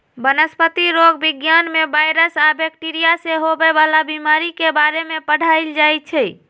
वनस्पतिरोग विज्ञान में वायरस आ बैकटीरिया से होवे वाला बीमारी के बारे में पढ़ाएल जाई छई